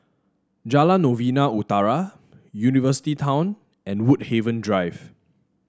Jalan Novena Utara University Town and Woodhaven Drive